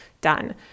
done